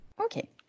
Okay